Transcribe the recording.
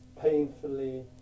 painfully